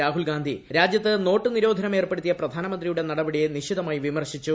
രാഹുൽ ഗാന്ധി രാജ്യത്ത് നോട്ട് നിരോധനം ഏർപ്പെടുത്തിയ പ്രധാനമന്ത്രിയുടെ നടപടിയെ നിശിതമായി വിമർശിച്ചു